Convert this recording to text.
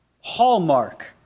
hallmark